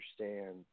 understand